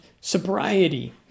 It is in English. sobriety